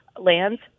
lands